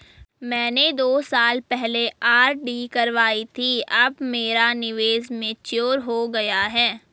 मैंने दो साल पहले आर.डी करवाई थी अब मेरा निवेश मैच्योर हो गया है